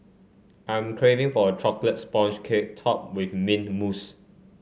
I'm craving for a chocolate sponge cake topped with mint mousse